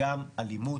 גם אלימות,